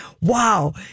wow